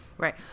Right